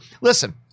listen